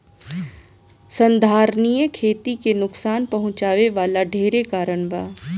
संधारनीय खेती के नुकसान पहुँचावे वाला ढेरे कारण बा